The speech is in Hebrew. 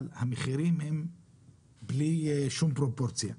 אבל המחירים הם בלי שום פרופורציה.